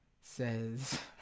says